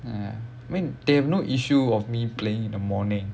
ya I mean they have no issue of me play in the morning